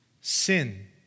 Sin